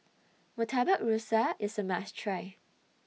Murtabak Rusa IS A must Try